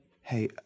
Hey